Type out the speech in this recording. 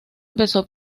empezó